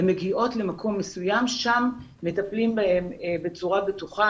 הן מגיעות למקום מסוים שבו הצוותים מטפלים בהן בצורה בטוחה.